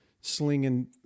slinging